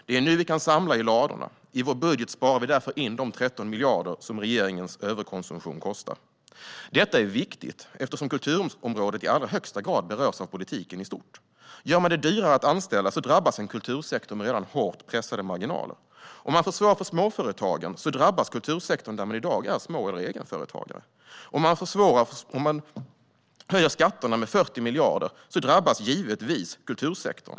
Det är nu vi kan samla i ladorna. I vår budget sparar vi därför in de 13 miljarder som regeringens överkonsumtion kostar. Detta är viktigt, eftersom kulturområdet i allra högsta grad berörs av politiken i stort. Gör man det dyrare att anställa drabbas en kultursektor med redan hårt pressade marginaler. Om man försvårar för småföretagen drabbas kultursektorn, där många i dag är små eller egenföretagare. Höjer man skatterna med 40 miljarder drabbas givetvis kultursektorn.